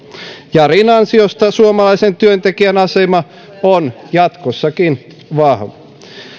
jarin ansiosta suomalaisen työntekijän asema on jatkossakin vahva